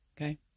Okay